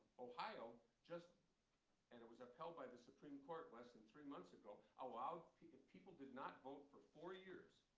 ohio just and it was upheld by the supreme court less and three months ago allowed if people did not vote for four years